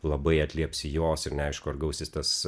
labai atliepsi jos ir neaišku ar gausis tas